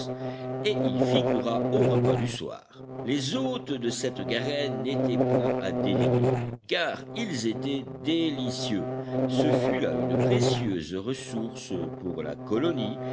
et il figura au repas du soir les hôtes de cette garenne n'étaient point à dédaigner car ils étaient délicieux ce fut là une précieuse ressource pour la colonie